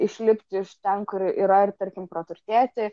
išlipti iš ten kur yra ir tarkim praturtėti